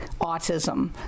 autism